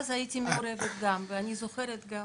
אז אני הייתי מעורבת גם ואני זוכרת גם